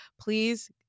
please